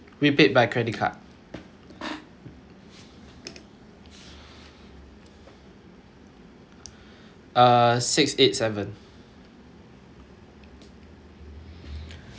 we paid by credit card uh six eight seven